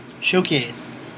Showcase